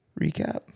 recap